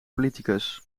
politicus